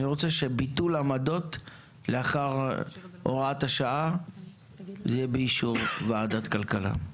אני רוצה שביטול עמדות לאחר הוראת השעה יהיה באישור ועדת הכלכלה.